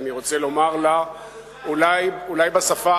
אני רוצה לומר לה אולי בשפה,